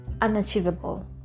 unachievable